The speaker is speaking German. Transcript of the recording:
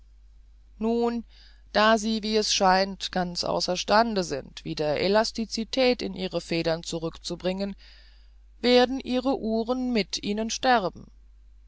nun da sie wie es scheint ganz außer stande sind wieder elasticität in ihre federn zurückzubringen werden ihre uhren mit ihnen sterben